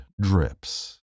drips